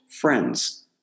friends